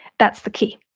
that's the key.